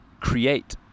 create